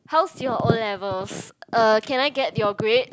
how's your O-levels uh can I get your grade